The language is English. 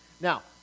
Now